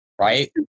Right